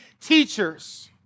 teachers